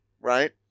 right